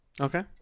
Okay